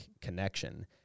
connection